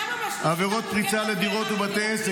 למה --- בהרצליה --- עבירות פריצה לדירות ובתי עסק,